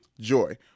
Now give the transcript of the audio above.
Joy